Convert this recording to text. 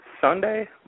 Sunday